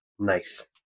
Nice